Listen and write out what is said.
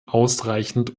ausreichend